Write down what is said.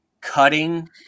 cutting